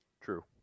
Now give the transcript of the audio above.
True